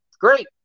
great